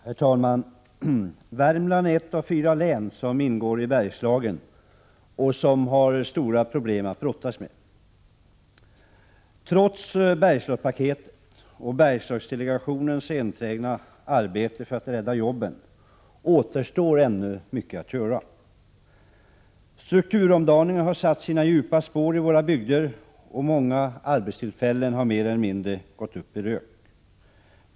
Herr talman! Värmland är ett av fyra län som ingår i Bergslagen och har stora problem att brottas med. Trots Bergslagspaket och Bergslagsdelegationens enträgna arbete för att rädda jobben återstår mycket att göra. Strukturomdaningen har satt sina djupa spår i våra bygder. Många arbetstillfällen har mer eller mindre gått upp i rök.